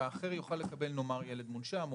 שהם או ילדים התלויים לחלוטין במיוחד בעזרת הזולת,